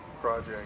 project